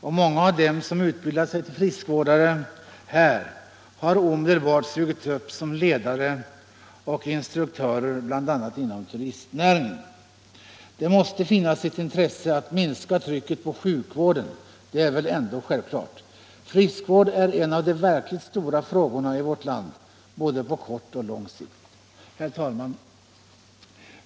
Och många av dem som utbildat sig till friskvårdare här har omedelbart sugits upp som ledare och instruktörer, bl.a. inom turistnäringen. Det måste finnas ett intresse att minska trycket på sjukvården, det är väl ändå självklart. Friskvård är en av de verkligt stora frågorna i vårt land, både på kort och på lång sikt. Herr talman!